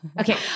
Okay